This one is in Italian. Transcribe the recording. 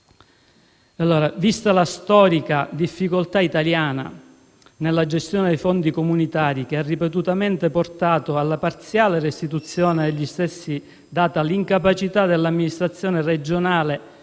verde. Vista la storica difficoltà italiana nella gestione dei fondi comunitari, che ha ripetutamente portato alla parziale restituzione degli stessi, data l'incapacità dell'amministrazione regionale